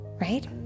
right